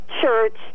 Church